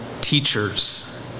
teachers